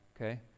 okay